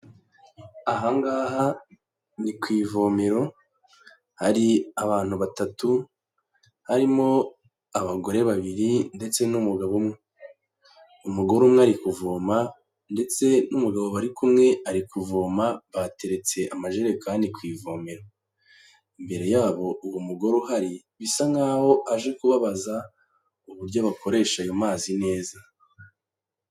Ahangaha ni ku ivomero hari abantu batatu harimo abagore babiri ndetse n'umugabo umugore umwe ari kuvoma ndetse n'umugabo bari kumwe ari kuvoma bateretse amajerekani ku ivome imbere yabo uwo mugore uhari bisa nkaho aje kubabaza uburyo bakoresha ayo mazi neza.